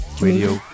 radio